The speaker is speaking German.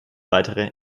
weitere